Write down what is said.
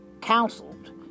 counseled